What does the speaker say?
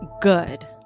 good